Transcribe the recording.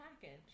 package